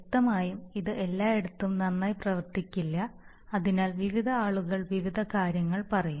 വ്യക്തമായും ഇത് എല്ലായിടത്തും നന്നായി പ്രവർത്തിക്കില്ല അതിനാൽ വിവിധ ആളുകൾ വിവിധ കാര്യങ്ങൾ പറയും